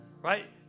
right